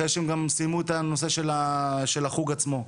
אחרי שהם גם סיימו את הנושא של החוג עצמו.